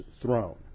throne